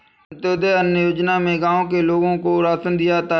अंत्योदय अन्न योजना में गांव के लोगों को राशन दिया जाता है